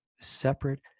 separate